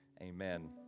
Amen